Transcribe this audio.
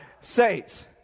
saints